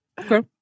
Okay